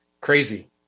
crazy